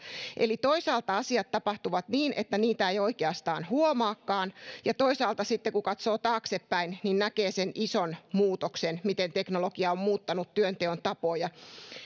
eli toisaalta asiat tapahtuvat niin että niitä ei oikeastaan huomaakaan ja toisaalta sitten kun katsoo taaksepäin näkee sen ison muutoksen miten teknologia on muuttanut työnteon tapoja